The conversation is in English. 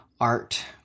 art